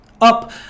up